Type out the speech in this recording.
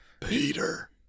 Peter